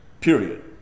period